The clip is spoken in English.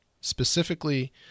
specifically